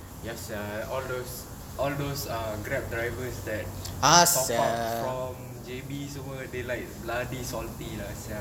ya sia all those all those ah grab drivers top up from J_B semua they like bloody salty lah sia